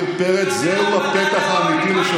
מה עם מדד העוני?